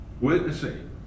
witnessing